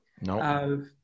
No